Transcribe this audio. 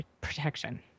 protection